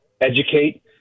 educate